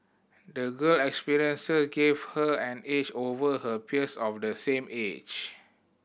the girl experiences gave her an edge over her peers of the same age